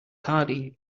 carley